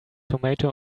tomato